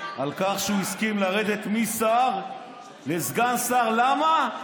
על כך שהוא הסכים לרדת משר לסגן שר, למה?